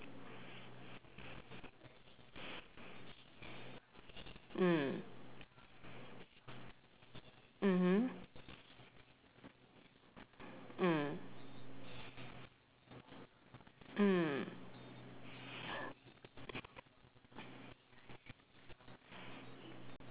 mm mmhmm mm mm